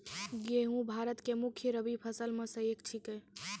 गेहूँ भारत के मुख्य रब्बी फसल मॅ स एक छेकै